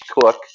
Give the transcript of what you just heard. cook